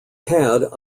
had